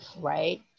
Right